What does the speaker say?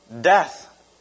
death